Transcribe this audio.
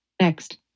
Next